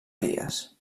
dies